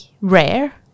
rare